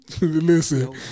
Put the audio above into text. Listen